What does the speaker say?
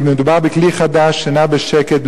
כי מדובר בכלי חדש שנע בשקט,